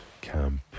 camp